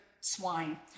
swine